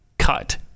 Cut